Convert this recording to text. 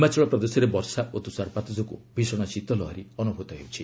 ହିମାଚଳ ପ୍ରଦେଶରେ ବର୍ଷା ଓ ତୁଷାରପାତ ଯୋଗୁଁ ଭିଷଣ ଶୀତଲହରୀ ଅନୁଭୂତ ହେଉଛି